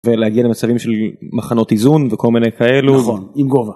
ולהגיע למצרים של מחנות איזון וכל מיני כאלו. נכון, עם גובה.